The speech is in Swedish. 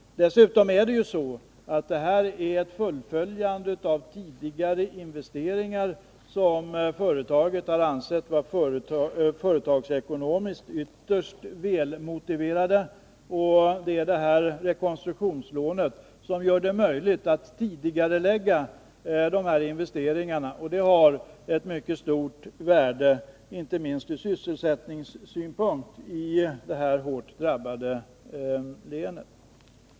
Dessutom vill jag säga att rekonstruktionslånet skall ses som ett fullföljande av tidigare investeringar som företaget har ansett vara företagsekonomiskt ytterst väl motiverade. Rekonstruktionslånet gör det möjligt att tidigarelägga dessa investeringar, och det har ett mycket stort värde inte minst ur sysselsättningssynpunkt i detta hårt drabbade län.